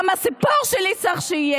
צריך שגם הסיפור שלי יהיה,